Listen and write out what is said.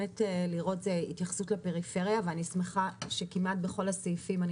לראות התייחסות לפריפריה ואני שמחה שכמעט בכל הסעיפים אני